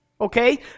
Okay